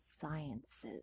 sciences